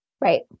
Right